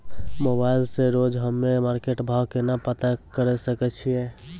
Mobile से रोजे हम्मे मार्केट भाव केना पता करे सकय छियै?